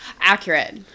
Accurate